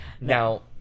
Now